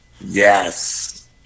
Yes